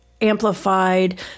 Amplified